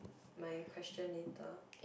my question later